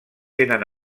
tenen